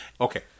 Okay